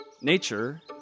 nature